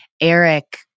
Eric